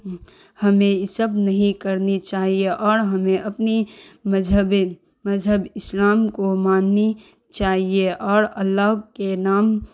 ہمیں یہ سب نہیں کرنی چاہیے اور ہمیں اپنی مذہب مذہب اسلام کو ماننی چاہیے اور اللہ کے نام